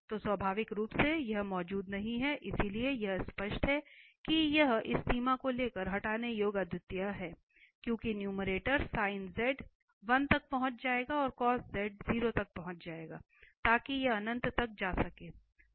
तो स्वाभाविक रूप से यह मौजूद नहीं है इसलिए यह स्पष्ट है कि यह इस सीमा को लेकर हटाने योग्य अद्वितीयता है क्योंकि नुमेरटर sin z 1 तक पहुंच जाएगा और cos z 0 तक पहुंच जाएगा ताकि यह अनंत तक जा सके